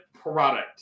product